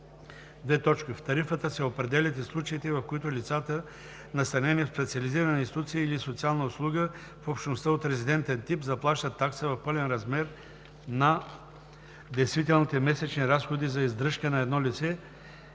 второ: „В тарифата се определят и случаите, в които лицата, настанени в специализирана институция или социална услуга в общността от резидентен тип, заплащат такса в пълния размер на действителните месечни разходи за издръжка на едно лице